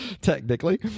technically